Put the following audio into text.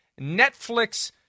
Netflix